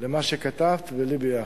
למה שכתבת ולי ביחד,